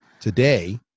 Today